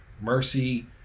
Mercy